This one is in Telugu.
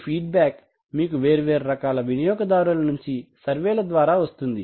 ఈ ఫీడ్ బ్యాక్ మీకు వేర్వేరు రకాల వినియోగదారుల నుంచి సర్వేల ద్వారా వస్తుంది